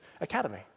Academy